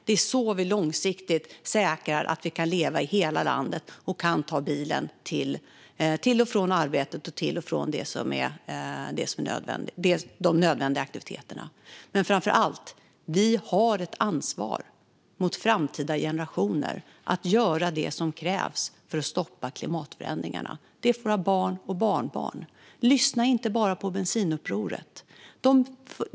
Det är så vi långsiktigt säkrar att vi kan leva i hela landet och kan ta bilen till och från arbetet och till och från de nödvändiga aktiviteterna. Men framför allt har vi ett ansvar mot framtida generationer att göra det som krävs för att stoppa klimatförändringarna. Det är för våra barns och barnbarns skull. Lyssna inte bara på Bensinupproret!